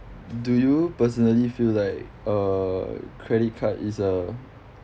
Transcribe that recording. do you personally feel like a credit card is a